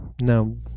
No